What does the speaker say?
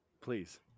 please